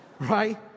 right